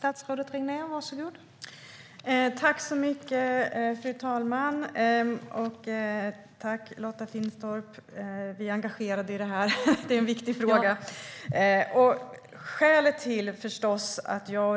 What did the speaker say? Fru talman! Tack till Lotta Finstorp - vi är engagerade i detta. Det är en viktig fråga.